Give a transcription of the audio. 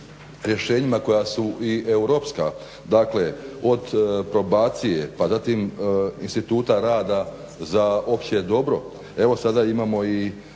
koja su i europska, dakle od probacije pa zatim instituta rada za opće dobro evo sada imamo i